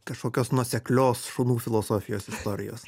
kažkokios nuoseklios šunų filosofijos istorijos